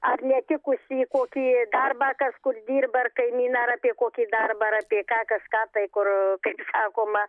ar netikusį kokį darbą kažkur dirba ar kaimyną ar apie kokį darbą ar apie ką kažką tai kur sakoma